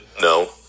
No